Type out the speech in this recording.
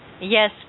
Yes